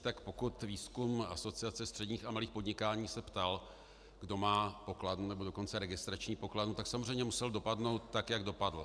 Tak pokud výzkum Asociace středních a malých podniků se ptal, kdo má pokladnu, nebo dokonce registrační pokladnu, tak samozřejmě musel dopadnout tak, jak dopadl.